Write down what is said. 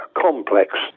complex